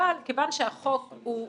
אבל כיוון שהחוק הוא לכולם,